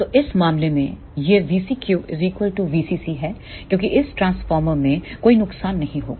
तो इस मामले में यह VCQ VCC है क्योंकि इस ट्रांसफार्मर में कोई नुकसान नहीं होगा